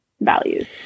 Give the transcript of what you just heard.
values